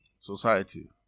society